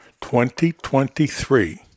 2023